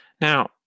Now